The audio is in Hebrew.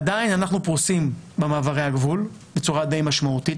עדיין אנחנו פרוסים במעברי הגבול בצורה די משמעותית,